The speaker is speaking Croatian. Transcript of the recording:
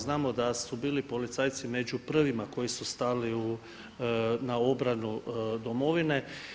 Znamo da su bili policajci među prvima koji su stali na obranu Domovine.